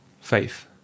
Faith